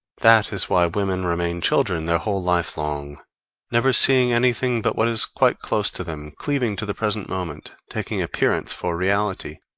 that is why women remain children their whole life long never seeing anything but what is quite close to them, cleaving to the present moment, taking appearance for reality,